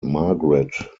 margaret